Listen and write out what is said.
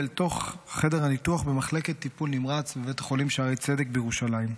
אל תוך חדר הניתוח במחלקת טיפול נמרץ בבית החולים שערי צדק בירושלים.